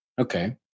Okay